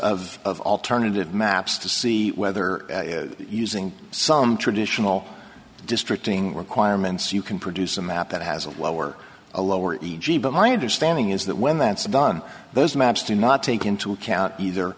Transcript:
of alternative maps to see whether using some traditional destructing requirements you can produce a map that has a lower a lower e g but my understanding is that when that's done those maps do not take into account either